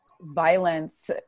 violence